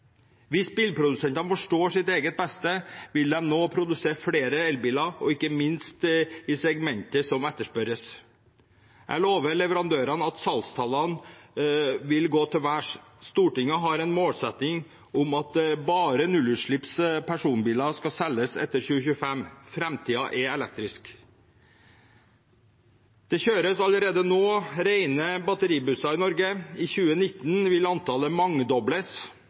elbiler og ikke minst i segmentet som etterspørres. Jeg lover leverandørene at salgstallene vil gå til værs. Stortinget har en målsetning om at bare nullutslippspersonbiler skal selges etter 2025. Framtiden er elektrisk. Det kjøres allerede nå rene batteribusser i Norge. I 2019 vil antallet mangedobles.